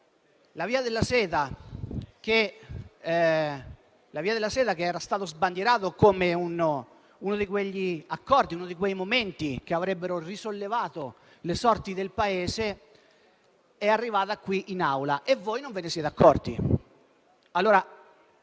La via della seta, che era stata sbandierata come uno di quegli accordi e di quei momenti che avrebbero risollevato le sorti del Paese, è arrivata qui in Aula; ma voi non ve ne siete accorti.